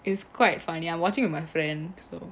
it's quite funny I'm watching my friend so